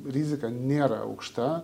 rizika nėra aukšta